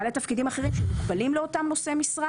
בעלי תפקידים אחרים שמוקבלים לאותם נושאי המשרה,